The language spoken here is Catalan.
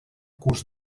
curs